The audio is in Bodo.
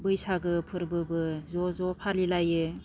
बैसागो फोरबोबो ज' ज' फालिलायो